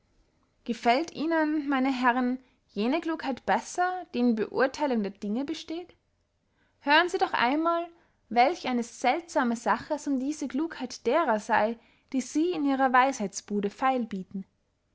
gefällt ihnen meine herren jene klugheit besser die in beurtheilung der dinge besteht hören sie doch einmal welch eine seltsame sache es um diese klugheit derer sey die sie in ihrer weisheitsbude feil bieten